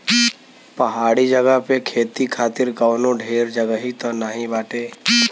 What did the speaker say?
पहाड़ी जगह पे खेती खातिर कवनो ढेर जगही त नाही बाटे